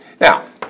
Now